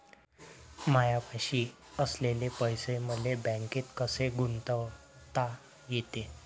मायापाशी असलेले पैसे मले बँकेत कसे गुंतोता येते?